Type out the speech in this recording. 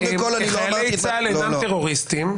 חיילי צה"ל אינם טרוריסטים.